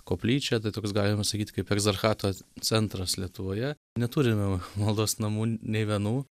koplyčia tai toks galima sakyti kaip egzarchato centras lietuvoje neturime maldos namų nei vienų